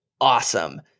awesome